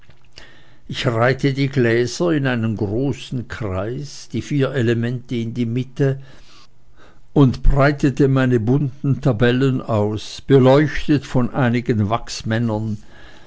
ich reihte die gläser in einen großen kreis die vier elemente in der mitte und breitete meine bunten tabellen aus beleuchtet von einigen